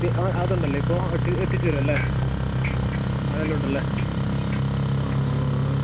ഇത് ആ അതുണ്ട് അല്ലേ ഇപ്പോൾ എത്തി എത്തിച്ചേരും അല്ലേ അതെല്ലം ഉണ്ടല്ലേ ആ ഓ